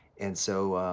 and so,